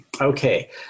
Okay